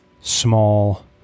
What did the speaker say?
small